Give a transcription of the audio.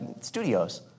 studios